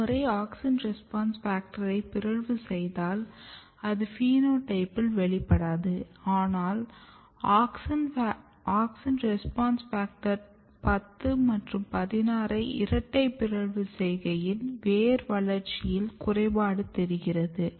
ஒரு முறை AUXIN RESPONSE FACTOR ஐ பிறழ்வு செய்தால் அது பினோடைப்பில் வெளிப்படாது ஆனால் AUXIN RESPONSE FACTOR 10 மற்றும் 16 ஐ இரட்டை பிறழ்வு செய்கையில் வேர் வளர்ச்சியில் குறைபாடு தெரிகிறது